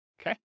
Okay